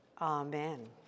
Amen